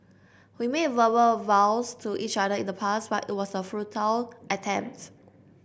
we made verbal vows to each other in the past but it was a futile attempts